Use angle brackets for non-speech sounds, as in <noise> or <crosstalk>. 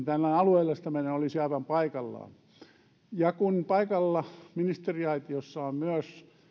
<unintelligible> tämä alueellistaminen olisi aivan paikallaan kun paikalla ministeriaitiossa on myös